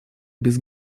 без